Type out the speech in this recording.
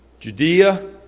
Judea